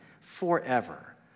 forever